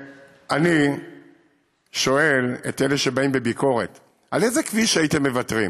אני שואל את אלה שבאים בביקורת: על איזה כביש הייתם מוותרים?